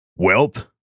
Welp